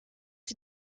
die